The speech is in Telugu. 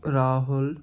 రాహుల్